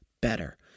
better